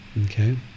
okay